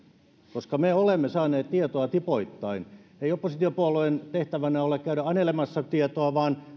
koska me olemme saaneet tietoa tipoittain ei oppositiopuolueen tehtävänä ole käydä anelemassa tietoa vaan